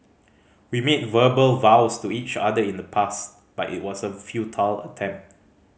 we made verbal vows to each other in the past but it was a futile attempt